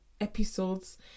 episodes